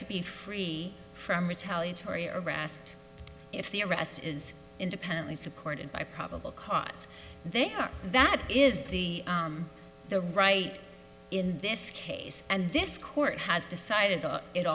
to be free from retaliatory arrest if the arrest is independently supported by probable cause they are that is the right in this case and this court has decided